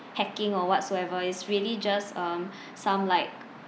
hacking or whatsoever it's really just um some like